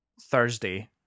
Thursday